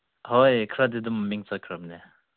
ꯍꯣꯏ ꯈꯔꯗꯤ ꯑꯗꯨꯝ ꯃꯤꯡ ꯆꯠꯈ꯭ꯔꯕꯅꯦ